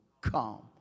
come